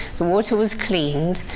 the water was cleaned,